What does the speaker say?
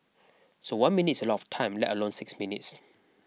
so one minute is a lot of time let alone six minutes